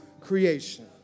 creation